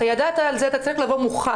ידעת את זה והיית צריך לבוא מוכן.